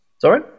Sorry